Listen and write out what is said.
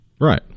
Right